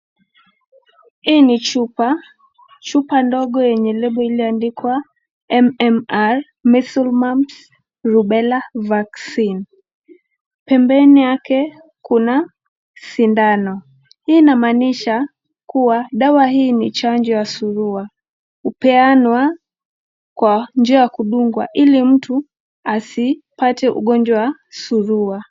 Hii ni chupa. Chupa ndogo yenye lebo ilioandikwa MMR, measles, mumps, rubella vaccine. Pembeni yake kuna sindano. Hii inamanisha kuwa dawa hii ni chanjo ya surua hupeanwa kwa njia ya kudungwa ili mtu asipate ugonjwa wa surua.